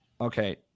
Okay